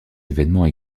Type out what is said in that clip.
évènements